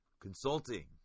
consulting